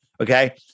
Okay